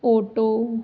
auto